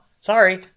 sorry